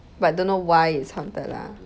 but don't know why it's haunted lah